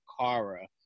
Kara